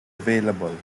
available